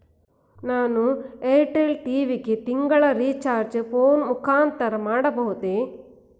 ನಾನು Airtel TV ಗೆ ತಿಂಗಳ ರಿಚಾರ್ಜ್ ಫೋನ್ ಮುಖಾಂತರ ಮಾಡಬಹುದೇ?